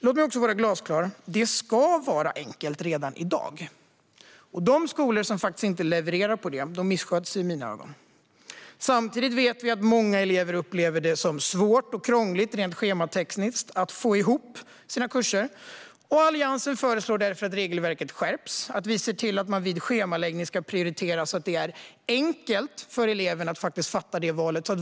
Låt mig vara glasklar med att det ska vara enkelt redan i dag. De skolor som inte levererar i fråga om detta missköter sig i mina ögon. Samtidigt vet vi att många elever upplever det som svårt och krångligt rent schematekniskt att få ihop sina kurser. Alliansen föreslår därför att regelverket ska skärpas och att man ska se till att vid schemaläggning prioritera så att det är enkelt för eleverna att göra detta val.